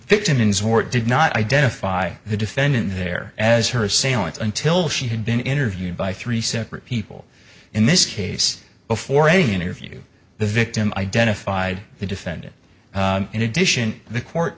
victims were did not identify the defendant there as her saillant until she had been interviewed by three separate people in this case before a interview the victim identified the defendant in addition the court